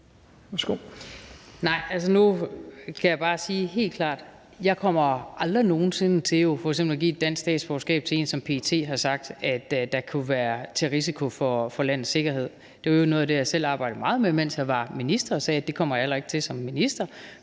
kommer til f.eks. at give et dansk statsborgerskab til en, som PET har sagt kunne være til fare for landets sikkerhed. Det var i øvrigt noget af det, jeg selv arbejdede meget med, mens jeg var minister, og jeg sagde også, at det kom jeg heller ikke til som minister.